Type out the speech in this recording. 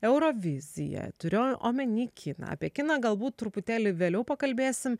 euroviziją turiu omeny kiną apie kiną galbūt truputėlį vėliau pakalbėsim